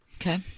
Okay